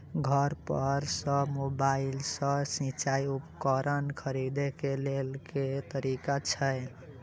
घर पर सऽ मोबाइल सऽ सिचाई उपकरण खरीदे केँ लेल केँ तरीका छैय?